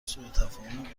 سوتفاهمی